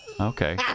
Okay